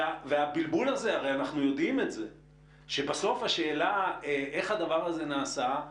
והבלבול הזה הרי אנחנו יודעים שבסוף השאלה איך הדבר הזה נעשה,